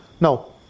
No